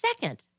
second